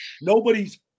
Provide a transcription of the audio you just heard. nobody's